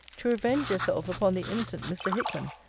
to revenge yourself upon the innocent mr. hickman,